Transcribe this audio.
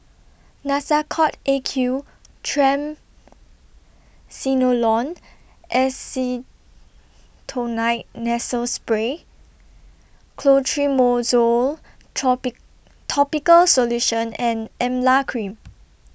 Nasacort A Q Triamcinolone Acetonide Nasal Spray Clotrimozole troppy Topical Solution and Emla Cream